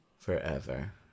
Forever